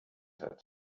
hat